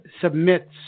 submits